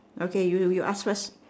okay you you ask first